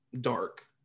dark